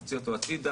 מוציא אותו הצידה,